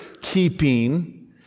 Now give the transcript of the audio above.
keeping